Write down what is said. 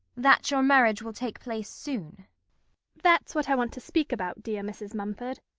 that your marriage will take place soon that's what i want to speak about, dear mrs. mumford.